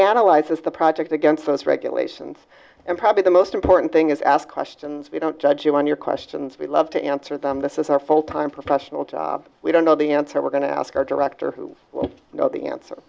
analyzes the projects against those regulations and probably the most important thing is ask questions we don't judge you on your questions we love to answer them this is our full time professional job we don't know the answer we're going to ask our director who know the answer